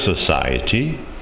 society